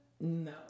No